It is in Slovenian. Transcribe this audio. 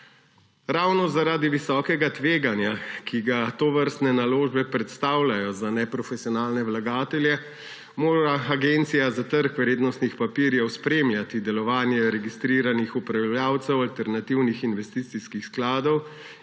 Ravno zaradi visokega tveganja, ki ga tovrstne naložbe predstavljajo za neprofesionalne vlagatelje, mora Agencija za trg vrednostnih papirjev spremljati delovanje registriranih upravljavcev alternativnih investicijskih skladov